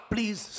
Please